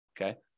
okay